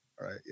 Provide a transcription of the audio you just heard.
right